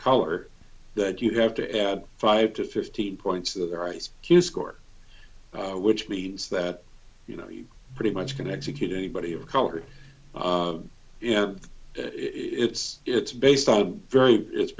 color that you have to add five to fifteen points of their ice cube score which means that you know you pretty much can execute anybody of color you know it's it's based on a very it's